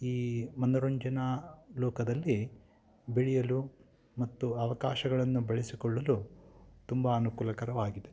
ಈ ಮನೋರಂಜನಾ ಲೋಕದಲ್ಲಿ ಬೆಳೆಯಲು ಮತ್ತು ಅವಕಾಶಗಳನ್ನು ಬಳಸಿಕೊಳ್ಳಲು ತುಂಬ ಅನುಕೂಲಕರವಾಗಿದೆ